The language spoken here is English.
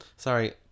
Sorry